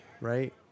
Right